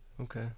Okay